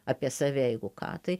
apie save jeigu ką tai